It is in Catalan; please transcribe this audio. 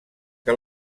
que